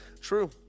True